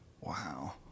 Wow